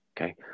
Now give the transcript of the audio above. Okay